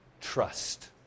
trust